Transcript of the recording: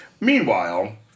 Meanwhile